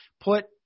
put